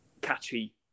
catchy